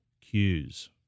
cues